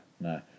no